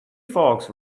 fox